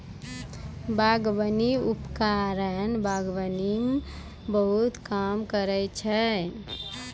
बागबानी उपकरण बागबानी म बहुत काम करै छै?